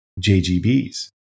JGBs